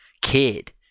kid